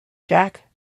jack